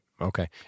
Okay